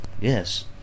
yes